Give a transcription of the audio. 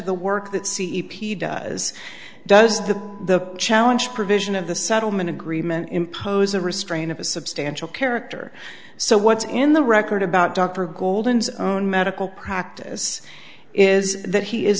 the work that c e p does does that the challenge provision of the settlement agreement impose a restraint of a substantial character so what's in the record about dr goldens own medical practice is that he is